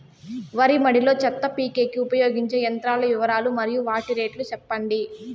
వరి మడి లో చెత్త పీకేకి ఉపయోగించే యంత్రాల వివరాలు మరియు వాటి రేట్లు చెప్పండి?